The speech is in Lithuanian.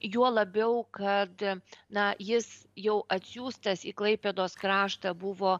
juo labiau kad na jis jau atsiųstas į klaipėdos kraštą buvo